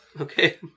Okay